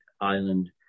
island